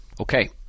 Okay